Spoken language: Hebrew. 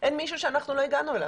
אין מישהו שאנחנו לא הגענו אליו.